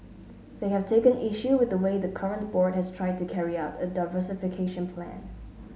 they have taken issue with the way the current board has tried to carry out a diversification plan